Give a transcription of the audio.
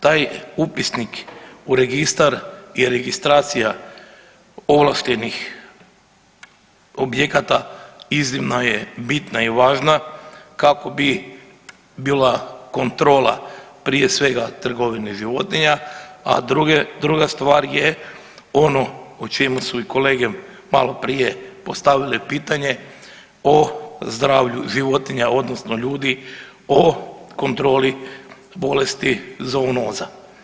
Taj upisnik u registar i registracija ovlaštenih objekata iznimno je bitna i važna kako bi bila kontrola prije svega trgovine životinja, a druga stvar je ono o čemu su i kolege maloprije postavile pitanje o zdravlju životinja odnosno ljudi, o kontroli bolesti zoonoza.